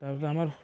তাৰপিছত আমাৰ